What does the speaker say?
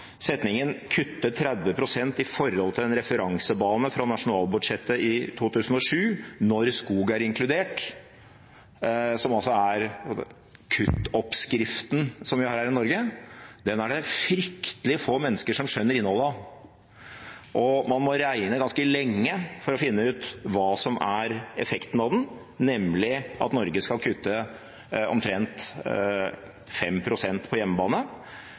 Setningen om å kutte 30 pst. i forhold til en referansebane fra nasjonalbudsjettet i 2007 når skog er inkludert, som er kuttoppskriften som vi har her i Norge, er det fryktelig få mennesker som skjønner innholdet av. Man må regne ganske lenge før man finner ut hva som er effekten av den, nemlig at Norge skal kutte omtrent 5 pst. på hjemmebane.